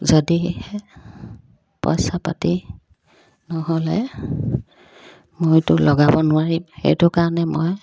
যদিহে পইচা পাতি নহ'লে মইতো লগাব নোৱাৰিম সেইটো কাৰণে মই